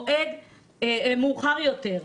או דחיית המבחן למועד מאוחר יותר,